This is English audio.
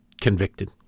convicted